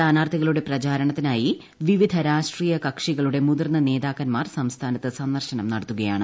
സ്ഥാനാർത്ഥികളുടെ പ്രചാരണത്തിനായി വിവിധ രാഷ്ട്രീയ കക്ഷികളുടെ മുതിർന്ന നേതാക്കന്മാർ സംസ്ഥാനത്ത് സന്ദർശനം നടത്തുകയാണ്